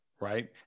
Right